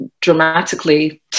dramatically